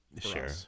sure